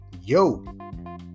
Yo